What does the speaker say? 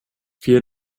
vier